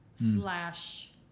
Slash